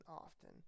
often